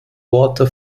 worte